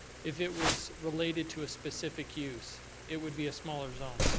if it was related to a specific use it would be a smaller zone.